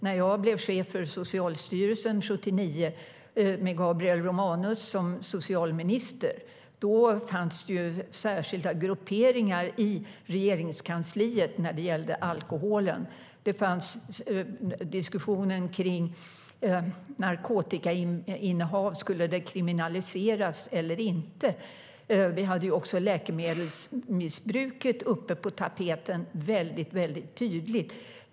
När jag blev chef för Socialstyrelsen 1979, då Gabriel Romanus var socialminister, fanns det särskilda grupperingar i Regeringskansliet när det gällde alkoholen. Det fördes en diskussion om narkotikainnehav - skulle det kriminaliseras eller inte? Läkemedelsmissbruket var också väldigt tydligt på tapeten.